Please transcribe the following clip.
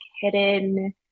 hidden